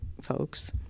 folks